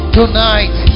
tonight